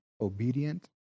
obedient